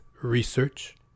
Research